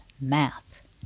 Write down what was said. math